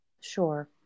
Sure